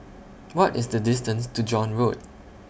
What IS The distance to John Road